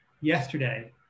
yesterday